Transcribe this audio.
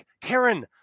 Karen